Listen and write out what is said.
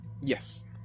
Yes